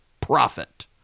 profit